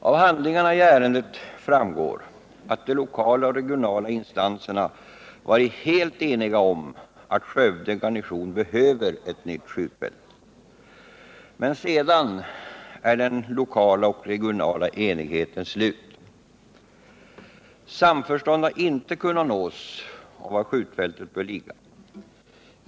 Av handlingarna i detta ärende framgår att lokala och regionala instanser varit helt eniga om att Skövde garnison behöver ett nytt skjutfält. Men sedan är den lokala och regionala enigheten slut. Samförstånd har inte kunnat nås om var skjutfältet bör ligga.